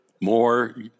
More